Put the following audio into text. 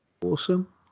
awesome